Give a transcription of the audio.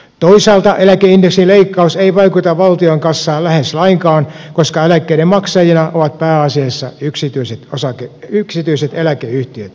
toisaalta eläkeindeksin leikkaus ei vaikuta valtion kassaan lähes lainkaan koska eläkkeiden maksajina ovat pääasiassa yksityiset eläkeyhtiöt